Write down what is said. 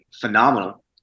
phenomenal